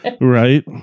Right